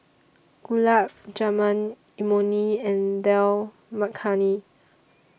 Gulab Jamun Imoni and Dal Makhani